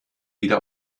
wieder